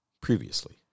previously